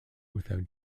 without